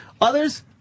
Others